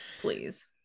Please